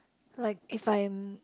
like if I'm